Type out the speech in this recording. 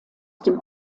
dem